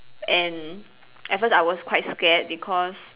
and at first I was quite scared because